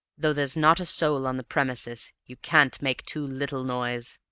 though there's not a soul on the premises, you can't make too little noise.